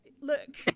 look